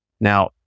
Now